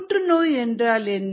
புற்றுநோய் என்றால் என்ன